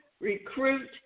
recruit